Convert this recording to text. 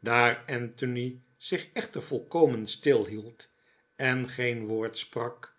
daar anthony zich echter volkomen stilhield en geen woord sprak